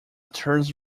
turns